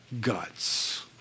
guts